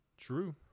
True